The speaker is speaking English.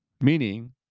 meaning